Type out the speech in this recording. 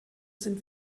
sind